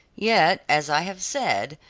yet, as i have said,